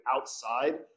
outside